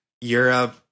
europe